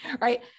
right